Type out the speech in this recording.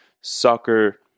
soccer